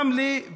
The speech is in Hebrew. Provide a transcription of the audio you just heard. רמלה,